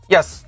Yes